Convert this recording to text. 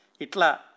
Itla